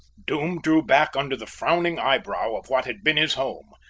doom drew back under the frowning eyebrow of what had been his home,